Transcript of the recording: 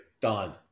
done